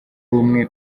bumwe